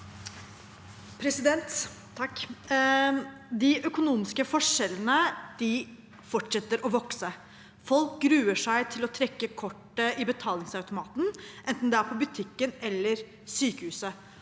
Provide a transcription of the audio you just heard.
(R) De økonomiske for- skjellene fortsetter å vokse. Folk gruer seg til å trekke kortet i betalingsautomaten, enten det er på butikken eller på sykehuset.